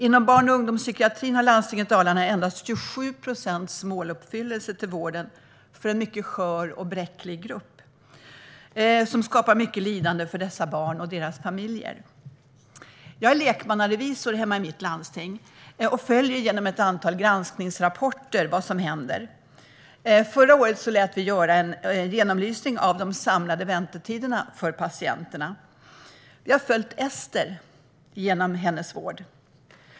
Inom barn och ungdomspsykiatrin har landstinget Dalarna endast 27 procents måluppfyllelse i vården av en mycket skör och bräcklig grupp. Det skapar mycket lidande för dessa barn och deras familjer. Jag är lekmannarevisor i mitt hemlandsting och följer genom ett antal granskningsrapporter vad som händer. Förra året lät vi göra en genomlysning av de samlade väntetiderna för patienterna, och vi har följt Ester genom hennes vård.